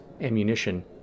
ammunition